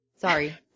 Sorry